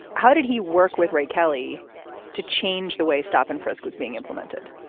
how did he work with ray kelly to change the way stop and frisk was being implemented?